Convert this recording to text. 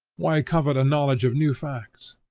why covet a knowledge of new facts?